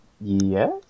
Yes